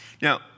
Now